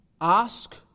ask